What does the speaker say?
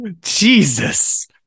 Jesus